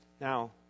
Now